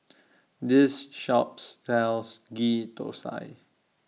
This shops sells Ghee Thosai